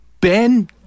Ben